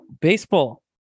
baseball